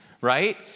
right